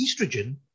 estrogen